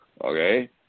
okay